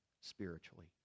spiritually